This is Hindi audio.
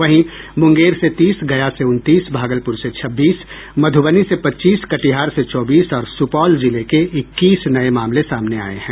वहीं मुंगेर से तीस गया से उनतीस भागलपुर से छब्बीस मधुबनी से पच्चीस कटिहार से चौबीस और सुपौल जिले के इक्कीस नये मामले सामने आये हैं